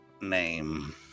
name